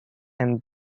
and